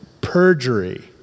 perjury